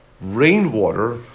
Rainwater